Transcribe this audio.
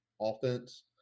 offense